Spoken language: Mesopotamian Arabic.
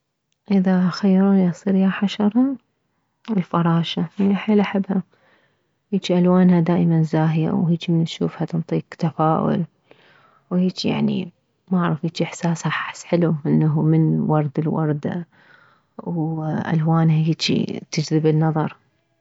اذا خيروني اصير يا حشرة الفراشة يعني حيل احبها هيج الوانها دائما زاهية وهيجي من تشوفها تنطيك تفاؤل وهيجي يعني ما اعرف هيج احس احاسها حلو انه من وردة لوردة والوانها هيجي تجذب النظر